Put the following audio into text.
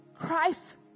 Christ